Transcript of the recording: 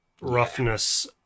roughness